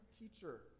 teacher